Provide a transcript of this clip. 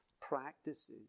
practices